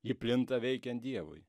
ji plinta veikiant dievui